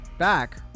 back